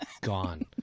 gone